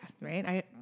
right